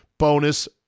bonus